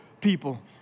people